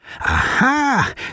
Aha